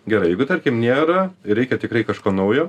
gerai jeigu tarkim nėra reikia tikrai kažko naujo